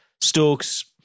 Stokes